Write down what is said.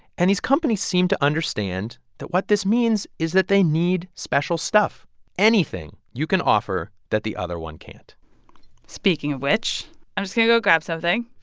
and these companies seem to understand that what this means is that they need special stuff anything you can offer that the other one can't speaking of which, i'm just going to go grab something